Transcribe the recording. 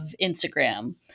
Instagram